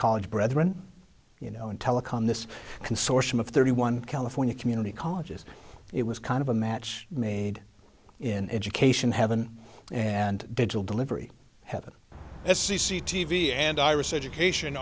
college brethren you know in telecom this consortium of thirty one california community colleges it was kind of a match made in education heaven and digital delivery as c c t v and iris education